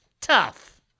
Tough